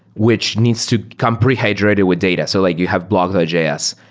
which needs to come pre-hydrated with data. so like you have blog js.